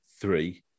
three